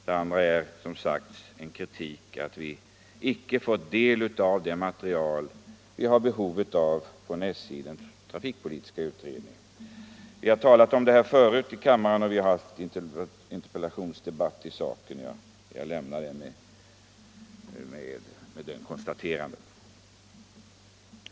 Det är också, som redan framhållits, fråga om en kritik mot att vi inte fått del av det material från SJ som vi har behov av i den trafikpolitiska utredningen. Vi har talat om detta förut i kammaren, och vi har haft interpellationsdebatt i saken. Jag lämnar den med det konstaterandet.